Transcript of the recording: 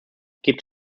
gibt